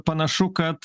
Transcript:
panašu kad